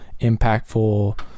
impactful